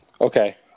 Okay